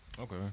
Okay